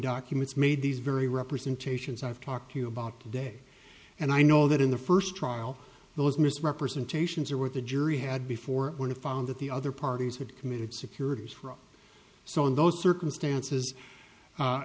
documents made these very representations i've talked to you about today and i know that in the first trial those misrepresentations are where the jury had before would have found that the other parties had committed securities fraud so in those circumstances